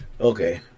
Okay